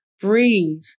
breathe